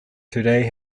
today